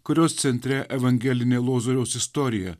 kurios centre evangelinė lozoriaus istorija